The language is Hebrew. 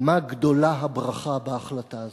כמה גדולה הברכה בהחלטה הזאת.